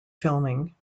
filming